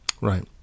Right